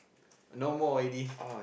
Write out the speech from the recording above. no more already